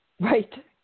Right